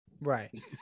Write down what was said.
right